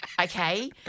Okay